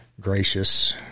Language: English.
gracious